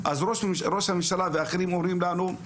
אז ראש הממשלה ואחרים אומרים לנו,